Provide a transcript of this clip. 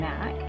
Mac